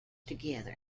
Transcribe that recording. together